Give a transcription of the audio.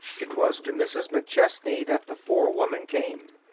it was to mrs. mcchesney that the forewoman came.